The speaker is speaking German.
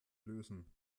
lösen